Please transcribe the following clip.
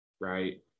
right